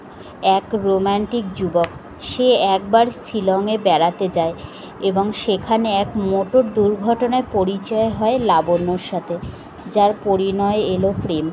এক রোম্যান্টিক যুবক সে একবার শিলংয়ে বেড়াতে যায় এবং সেখানে এক মোটর দুর্ঘটনায় পরিচয় হয় লাবণ্যর সাথে যার পরিণয়ে এলো প্রেম